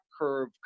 curve